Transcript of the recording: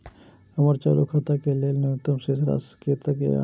हमर चालू खाता के लेल न्यूनतम शेष राशि कतेक या?